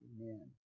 Amen